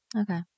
Okay